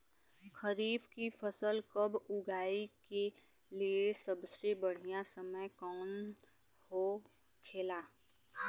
खरीफ की फसल कब उगाई के लिए सबसे बढ़ियां समय कौन हो खेला?